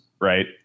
right